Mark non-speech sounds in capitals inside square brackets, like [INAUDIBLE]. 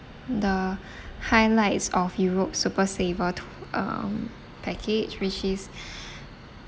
the [BREATH] highlights of europe super saver tou~ um package which is [BREATH]